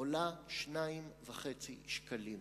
עולה 2.5 שקלים,